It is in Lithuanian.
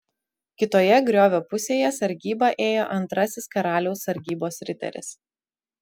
kitoje griovio pusėje sargybą ėjo antrasis karaliaus sargybos riteris